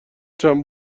چند